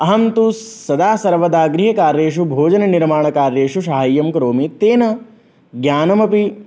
अहं तु सदा सर्वदा गृहकार्येषु भोजननिर्माणकालेषु साहाय्यं करोमि तेन ज्ञानमपि